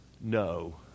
no